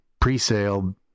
Pre-sale